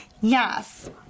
Yes